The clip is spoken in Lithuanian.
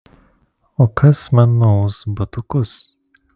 o kas man nuaus batukus